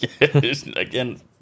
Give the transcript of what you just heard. Again